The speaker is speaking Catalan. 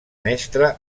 mestre